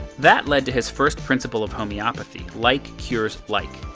that led to his first principle of homeopathy like cures like.